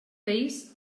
país